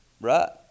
right